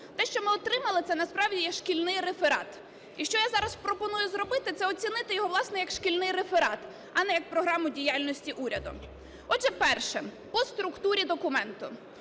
Те, що ми отримали, - це насправді є шкільний реферат. І що я зараз пропоную зробити - це оцінити його, власне, як шкільний реферат, а не як Програму діяльності уряду. Отже, перше. По структурі документу.